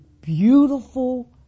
beautiful